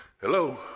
Hello